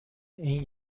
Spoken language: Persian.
این